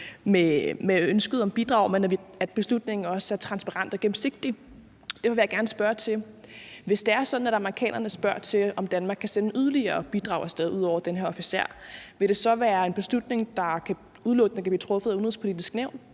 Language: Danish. med ønsket om at bidrage, og at beslutningen også er transparent, altsågennemsigtig. Derfor vil jeg gerne spørge: Hvis det er sådan, at amerikanerne spørger om, om Danmark kan sende yderligere bidrag af sted ud over den her officer, vil det så være en beslutning, der udelukkende vil blive truffet af Det Udenrigspolitiske Nævn,